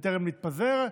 בטרם נתפזר,